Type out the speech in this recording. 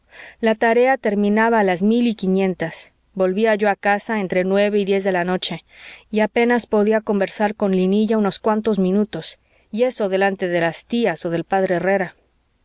la tarea terminaba a las mil y quinientas volvía yo a casa entre nueve y diez de la noche y apenas podía conversar con linilla unos cuantos minutos y eso delante de las tías o del p herrera